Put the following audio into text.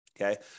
Okay